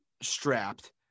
strapped